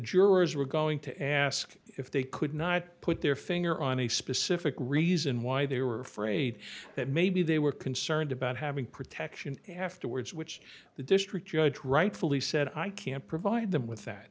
jurors were going to ask if they could not put their finger on a specific reason why they were afraid that maybe they were concerned about having protection afterwards which the district judge rightfully said i can't provide them with that